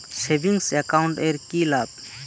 Savings account এর কি লাভ?